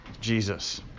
Jesus